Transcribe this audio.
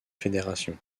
fédération